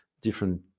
different